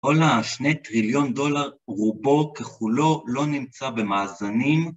כל השני טריליון דולר רובו ככולו לא נמצא במאזנים,